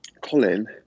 Colin